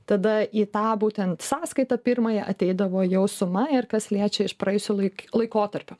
tada į tą būtent sąskaitą pirmąją ateidavo jau suma ir kas liečia iš praėjusių laik laikotarpio